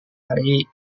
hari